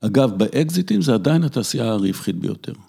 אגב, באקזיטים זה עדיין התעשייה הרווחית ביותר.